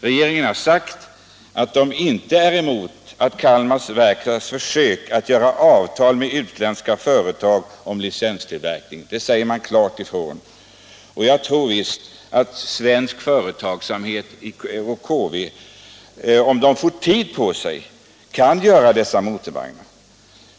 Regeringen har klart sagt ifrån att den inte är emot att Kalmar Verkstads AB försöker träffa avtal med utländska företag om licenstillverkning, och jag tror visst att man i Kalmar Verkstads AB, om man får tid på sig, kan göra dessa motorvagnar.